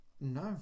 no